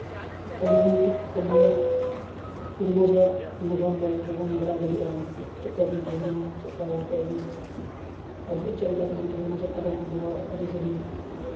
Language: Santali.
ᱟᱵᱚᱱ ᱟᱵᱚᱣᱟᱜ ᱯᱩᱨᱵᱚᱡᱟᱜ ᱱᱟᱜᱟᱢ ᱵᱚ ᱟᱵᱚ ᱵᱚᱱ ᱵᱟᱲᱟᱭ ᱫᱟᱲᱮᱭᱟᱜᱼᱟ ᱪᱮᱫ ᱞᱮᱠᱟᱵᱚᱱ ᱛᱟᱦᱮᱸ ᱠᱟᱱᱟ ᱪᱮᱫ ᱠᱟ ᱛᱮᱵᱚᱱ ᱟᱵᱚ ᱪᱮᱫ ᱞᱮᱠᱟ ᱛᱮᱵᱚᱱ ᱛᱟᱦᱮᱸ ᱠᱟᱱᱟ ᱪᱮᱫ ᱞᱮᱠᱟ ᱛᱟᱵᱚᱱ ᱟᱵᱚᱣᱟᱜ ᱟᱹᱨᱤᱪᱟᱹᱞᱤ